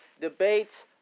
debates